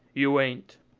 you ain't.